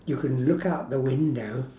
you can look out the window